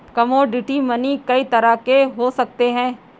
commodity money कई तरह के हो सकते हैं